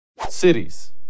Cities